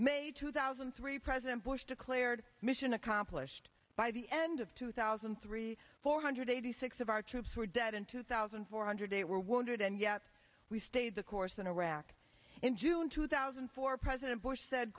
may two thousand and three president bush declared mission accomplished by the end of two thousand and three four hundred eighty six of our troops were dead and two thousand four hundred eight were wounded and yet we stayed the course in iraq in june two thousand and four president bush said